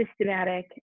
systematic